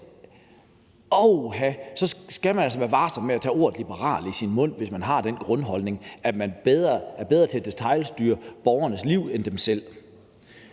Man skal altså være varsom med at tage ordet liberal i sin mund, hvis man har den grundholdning, at man er bedre til at detailstyre borgernes liv, end de selv